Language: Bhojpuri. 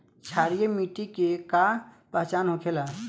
क्षारीय मिट्टी के का पहचान होखेला?